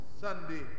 Sunday